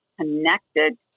connected